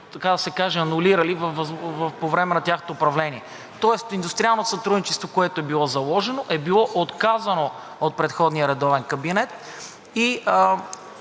така да се каже, анулирали по време на тяхното управление. Тоест индустриалното сътрудничество, което е било заложено, е било отказано от предходния редовен кабинет и